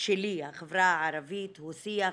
החברה הערבית, הוא שיח